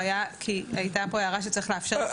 הוא היה כי הייתה פה הערה שצריך לאפשר.